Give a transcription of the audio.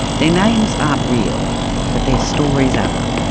their names aren't real but their stories are.